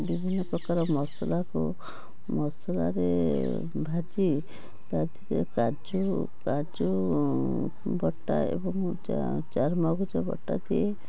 ବିଭିନ୍ନ ପ୍ରକାର ମସଲାକୁ ମସଲାରେ ଭାଜି ତା' ଦେହରେ କାଜୁ କାଜୁ ବଟା ଏବଂ ଚାରୁ ଚାରୁମଗଜ ବଟା ଦିଏ